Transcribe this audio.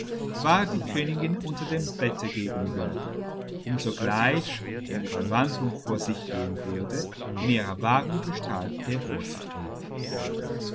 war die königin unter dem bette gegenwärtig um sogleich wenn die verwandlung vor sich gehen würde in ihrer wahren gestalt hervorzutreten